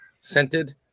scented